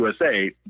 USA